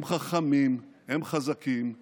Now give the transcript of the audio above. הם חכמים, הם חזקים והם,